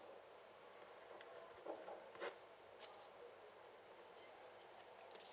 okay